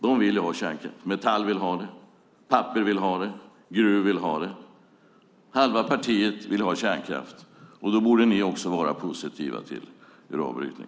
De vill ha kärnkraft. Metall, Pappers och Gruvfacket vill ha det. Halva partiet vill ha kärnkraft. Då borde ni också vara positiva till uranbrytning.